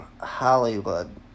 Hollywood